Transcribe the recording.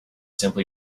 simply